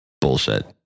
Bullshit